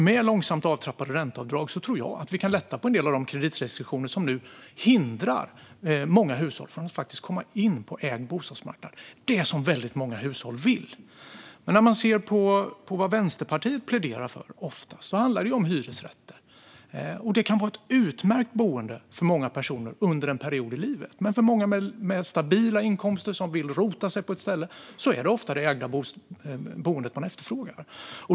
Med långsamt avtrappade ränteavdrag tror jag att vi kan lätta på en del av de kreditrestriktioner som nu hindrar många hushåll från att faktiskt komma in på bostadsmarknaden med ägda bostäder, vilket många hushåll vill. När man ser på vad Vänsterpartiet ofta pläderar för handlar det om hyresrätter. Det kan vara ett utmärkt boende för många personer under en period i livet. Men för många med stabila inkomster som vill rota sig på ett ställe är det ofta det ägda boendet som efterfrågas.